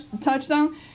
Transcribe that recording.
touchdown